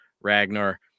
Ragnar